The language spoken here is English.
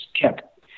kept